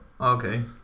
Okay